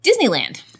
Disneyland